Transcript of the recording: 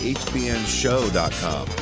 hbnshow.com